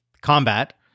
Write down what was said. combat